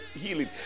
healing